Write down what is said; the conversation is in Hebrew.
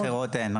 בערים אחרות אין.